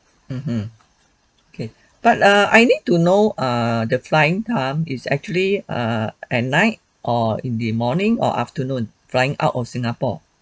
mmhmm okay but err I need to know err the flying time is actually err at night err in the morning or afternoon flying out of singapore